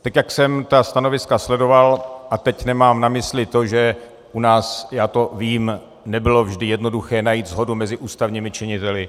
Tak jak jsem ta stanoviska sledoval, a teď nemám na mysli to, že u nás, já to vím, nebylo vždy jednoduché najít shodu mezi ústavními činiteli.